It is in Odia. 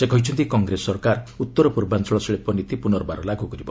ସେ କହିଛନ୍ତି କଂଗ୍ରେସ ସରକାର ଉତ୍ତରପୂର୍ବାଞ୍ଚଳ ଶିଳ୍ପ ନୀତି ପୁନର୍ବାର ଲାଗୁ କରିବ